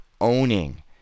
owning